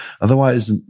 Otherwise